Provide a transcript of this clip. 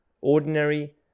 ordinary